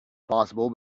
possible